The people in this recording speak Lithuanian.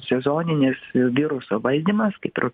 sezoninis viruso valdymas kaip ir